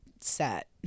set